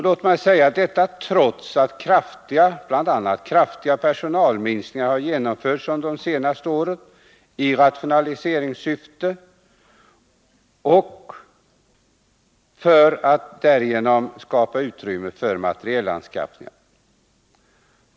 Låt mig säga att detta skett trots att kraftiga personalminskningar har genomförts under de senaste åren i rationaliseringssyfte och för att skapa utrymme för materielanskaffningar.